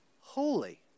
holy